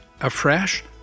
afresh